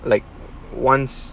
like once